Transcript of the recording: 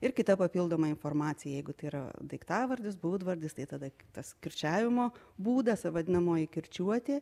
ir kita papildoma informacija jeigu tai yra daiktavardis būdvardis tai tada tas kirčiavimo būdas vadinamoji kirčiuotė